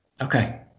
Okay